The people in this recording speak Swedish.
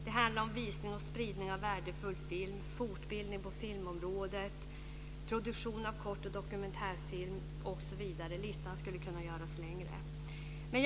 Det handlar om visning och spridning av värdefull film, fortbildning på filmområdet, produktion av kort och dokumentärfilm, osv. Listan skulle kunna göras längre.